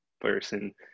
person